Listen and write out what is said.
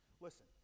Listen